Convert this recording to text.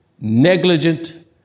Negligent